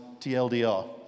TLDR